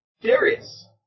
Darius